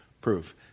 proof